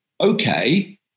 okay